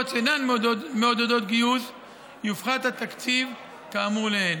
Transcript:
שאינן מעודדות גיוס יופחת התקציב כאמור לעיל.